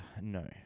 No